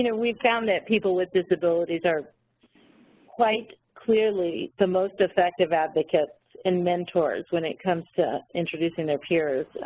you know we found that people with disabilities are quite clearly the most effective advocates and mentors when it comes to introducing their peers,